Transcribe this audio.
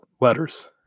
letters